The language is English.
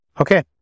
Okay